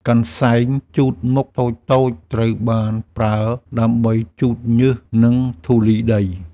កន្សែងជូតមុខតូចៗត្រូវបានប្រើដើម្បីជូតញើស និងធូលីដី។